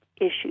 issues